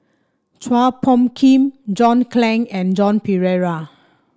Chua Phung Kim John Clang and Joan Pereira